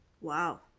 wow